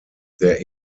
der